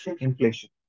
inflation